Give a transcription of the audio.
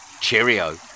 cheerio